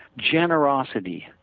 generosity,